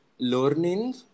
learning